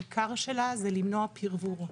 העיקר שלה זה למנוע פירבור,